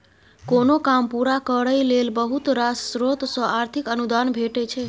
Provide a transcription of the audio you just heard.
कोनो काम पूरा करय लेल बहुत रास स्रोत सँ आर्थिक अनुदान भेटय छै